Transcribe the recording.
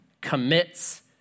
commits